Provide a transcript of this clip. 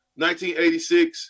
1986